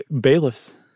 Bailiffs